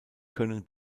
können